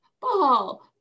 Ball